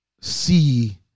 see